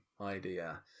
idea